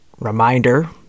reminder